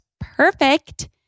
perfect